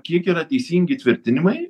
kiek yra teisingi tvirtinimai